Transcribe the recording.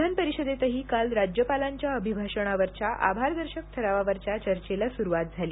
विधानपरिषदेतही काल राज्यपालांच्या अभिभाषणावरच्या आभार दर्शक ठरावावरच्या चर्चेला सुरुवात झाली